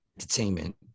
entertainment